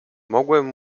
mogłem